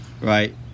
Right